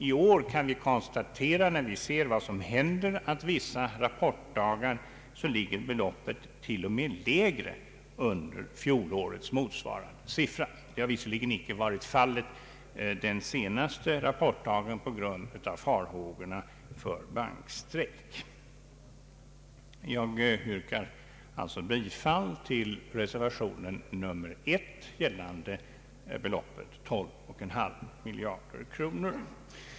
I år kan vi konstatera att vissa rapportdagar ligger beloppet till och med lägre än fjolårets motsvarande siffra. Det har visserligen icke varit fallet den senaste rapportdagen på grund av farhågorna för bankstrejk. Jag yrkar alltså bifall till reservation nr 1, gällande beloppet 12,5 miljarder kronor.